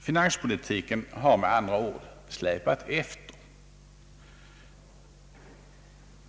Finanspolitiken har med andra ord släpat efter.